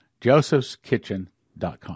josephskitchen.com